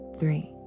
three